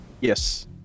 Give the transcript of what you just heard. Yes